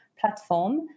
platform